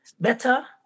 better